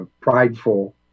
prideful